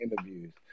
interviews